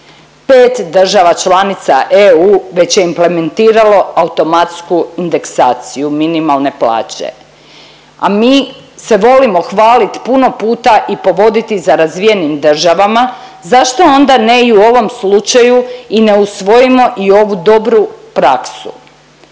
Pet država članica EU već je implementiralo automatsku indeksaciju minimalne plaće, a mi se volimo hvalit puno puta i povoditi za razvijenim državama, zašto onda ne i u ovom slučaju i ne usvojimo i ovu dobru praksu.